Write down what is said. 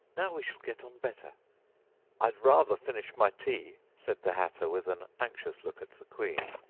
now we shall get on better i'd rather finish my tea said the hatter, with an anxious look at the queen,